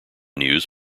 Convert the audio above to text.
news